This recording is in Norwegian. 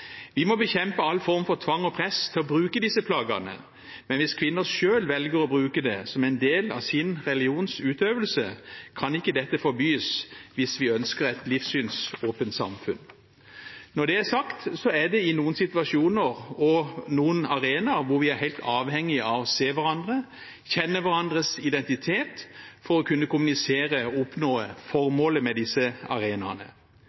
Vi må bekjempe all form for tvang og press til å bruke disse plaggene, men hvis kvinner selv velger å bruke dem som en del av sin religionsutøvelse, kan ikke dette forbys, hvis vi ønsker et livssynsåpent samfunn. Når det er sagt, er det noen situasjoner og noen arenaer hvor vi er helt avhengige av å se hverandre, kjenne hverandres identitet for å kunne kommunisere og oppnå formålet med disse arenaene.